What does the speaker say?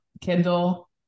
kindle